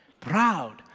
Proud